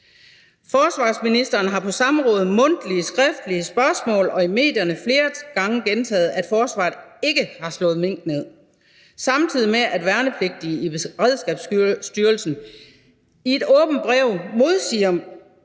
Forsvarsministeren har på samråd og på mundtlige og skriftlige spørgsmål og i medierne flere gange gentaget, at forsvaret ikke har slået mink ned, samtidig med at værnepligtige i Beredskabsstyrelsen i et åbent brev modsiger